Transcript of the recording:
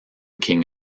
king